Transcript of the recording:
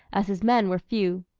as his men were few.